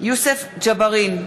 יוסף ג'בארין,